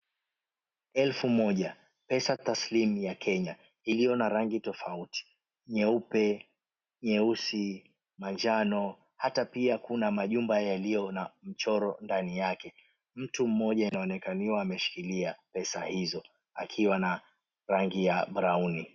Elfu moja, pesa taaslimu ya kenya iliyo na rangi tofauti, nyeupe, nyeusi, manjano hata pia kuna majumba yaliyo na mchoro ndani yake. Mtu mmoja anaonekaniwa ameshikilia pesa hizo akiwa na rangi ya brauni.